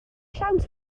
siawns